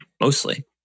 mostly